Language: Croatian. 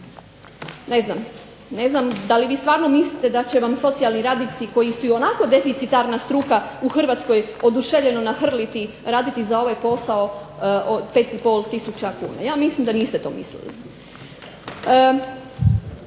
ne znam da li vi stvarno mislite da će vam socijalni radnici koji su ionako deficitarna struka u Hrvatskoj oduševljeno nahrliti raditi za ovaj posao 5,5 tisuća kuna. Ja mislim da niste to mislili.